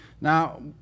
Now